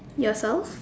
yourself